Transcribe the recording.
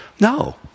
No